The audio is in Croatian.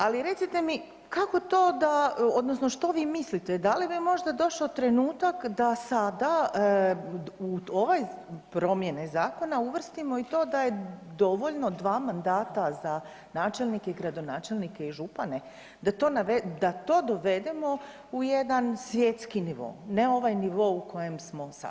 Ali recite mi kako da odnosno što vi mislite da li je možda došao trenutak da sada u ove promjene zakona uvrstimo i to da je dovoljno dva mandata za načelnike i gradonačelnike i župane, da to dovedemo u jedan svjetski nivo, ne u ovoj nivo u kojem smo sada?